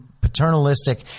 paternalistic